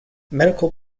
medical